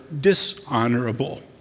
dishonorable